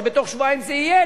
בתוך שבועיים זה יהיה,